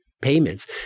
payments